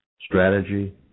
strategy